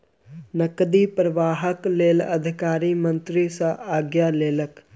नकदी प्रवाहक लेल अधिकारी मंत्री सॅ आज्ञा लेलक